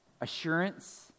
Assurance